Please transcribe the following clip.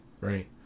right